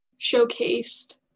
showcased